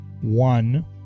One